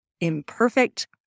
imperfect